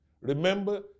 remember